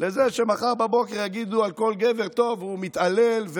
לבין זה שמחר בבוקר יגידו על כל גבר: הוא מתעלל.